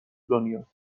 دنیا